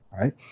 right